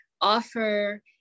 offer